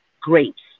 grapes